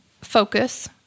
focus